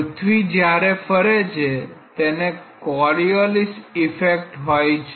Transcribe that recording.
પૃથ્વી જ્યારે ફરે છે તેને કોરીઓલિસ ઈફેક્ટ હોય છે